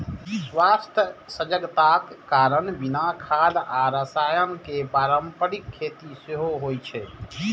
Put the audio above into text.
स्वास्थ्य सजगताक कारण बिना खाद आ रसायन के पारंपरिक खेती सेहो होइ छै